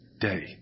day